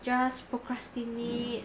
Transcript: just procrastinate